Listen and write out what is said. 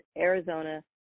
Arizona